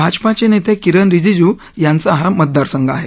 भाजपाचे नेते किरण रिजीजु यांचा हा मतदारसंघ आहे